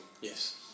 Yes